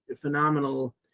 phenomenal